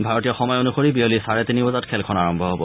ভাৰতীয় সময় অনুসৰি বিয়লি চাৰে তিনি বজাত খেলখন আৰম্ভ হব